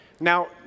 Now